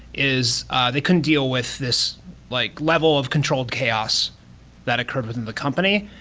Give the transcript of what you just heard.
is they couldn't deal with this like level of controlled chaos that occurred within the company.